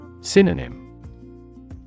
Synonym